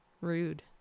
Rude